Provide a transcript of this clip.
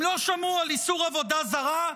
הם לא שמעו על איסור עבודה זרה,